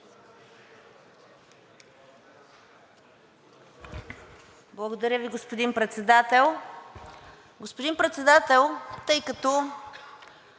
Благодаря Ви, господин Председател. Господин Председател, тъй като